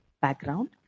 background